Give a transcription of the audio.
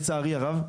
לצערי הרב.